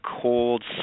cold